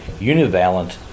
univalent